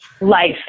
life